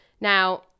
Now